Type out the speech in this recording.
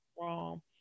wrong